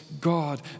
God